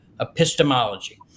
Epistemology